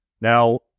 Now